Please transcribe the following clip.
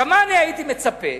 מה הייתי מצפה